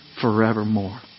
forevermore